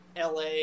LA